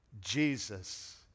Jesus